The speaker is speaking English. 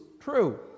true